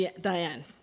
Diane